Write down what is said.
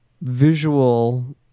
visual